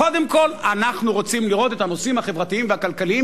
קודם כול אנחנו רוצים לראות את הנושאים החברתיים והכלכליים,